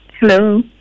Hello